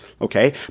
okay